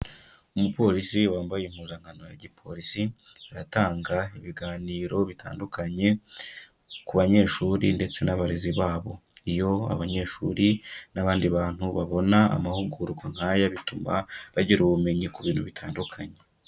Umupolisi wambaye impuzankano ya gipolisi, aratanga ibiganiro bitandukanye ku banyeshuri ndetse n'abarezi babo, iyo abanyeshuri n'abandi bantu babona amahugurwa nk'aya bituma bagira ubumenyi ku bintu bitandukanye.